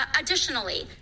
Additionally